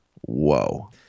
whoa